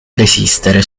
desistere